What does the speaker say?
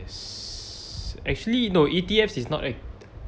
actually no E_T_F is not act~